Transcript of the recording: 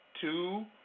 two